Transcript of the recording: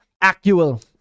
Actual